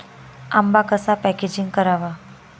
आंबा कसा पॅकेजिंग करावा?